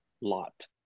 lot